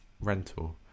rental